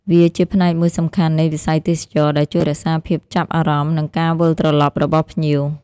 វាជាផ្នែកមួយសំខាន់នៃវិស័យទេសចរណ៍ដែលជួយរក្សាភាពចាប់អារម្មណ៍ និងការវិលត្រឡប់របស់ភ្ញៀវ។